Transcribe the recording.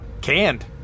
canned